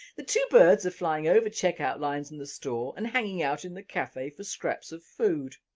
the two birds are flying over checkout lines in the store and hanging out in the cafe, for scraps of food.